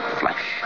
flesh